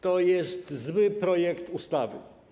To jest zły projekt ustawy.